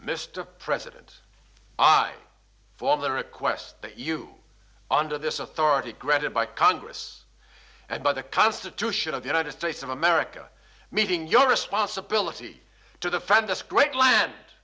mr president i fall the request that you under this authority granted by congress and by the constitution of the united states of america meeting your responsibility to the friend this great land